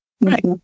Right